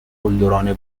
قلدرانه